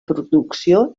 producció